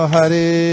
Hari